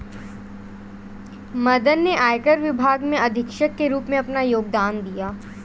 मदन ने आयकर विभाग में अधीक्षक के रूप में अपना योगदान दिया